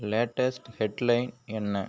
latest headline என்ன